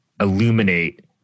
illuminate